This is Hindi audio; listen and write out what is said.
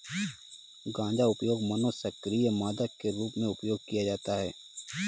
गांजा उपयोग मनोसक्रिय मादक के रूप में किया जाता है